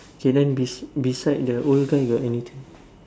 okay then bes~ beside the old guy got anything